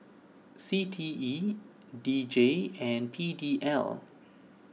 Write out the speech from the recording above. C T E D J and P D L